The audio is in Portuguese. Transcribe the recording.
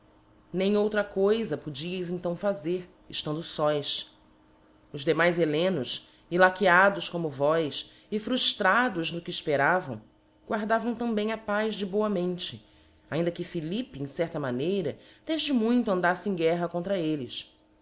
nem outra coifa podieis então fazer eftando fós os demais hellenos illaqueados como vós e fruílrados no que efperavam guardavam também a paz de boamente ainda que philippe em certa maneira defde muito andaíte em guerra contra elles